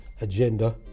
Agenda